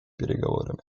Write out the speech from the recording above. переговорами